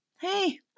hey